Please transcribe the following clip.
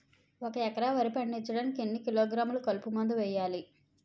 ఒక ఎకర వరి పండించటానికి ఎన్ని కిలోగ్రాములు కలుపు మందు వేయాలి?